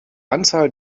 anzahl